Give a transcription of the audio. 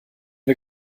wir